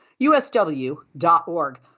usw.org